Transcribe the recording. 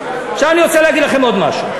עכשיו, אני רוצה להגיד לכם עוד משהו: